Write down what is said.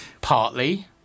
Partly